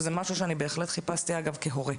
וזה משהו שאני בהחלט חיפשתי כהורה.